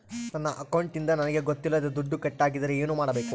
ನನ್ನ ಅಕೌಂಟಿಂದ ನನಗೆ ಗೊತ್ತಿಲ್ಲದೆ ದುಡ್ಡು ಕಟ್ಟಾಗಿದ್ದರೆ ಏನು ಮಾಡಬೇಕು?